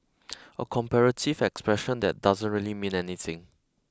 a comparative expression that doesn't really mean anything